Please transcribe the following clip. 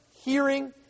hearing